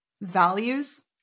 values